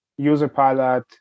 Userpilot